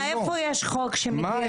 איפה יש חוק שמתיר להן?